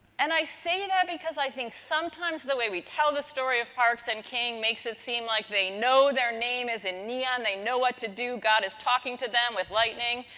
and, i say that because i think sometimes the way we tell the story of parks and king makes it seem like they know their name is in neon they know what to do, god is talking to them with lightening,